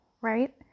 right